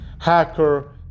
hacker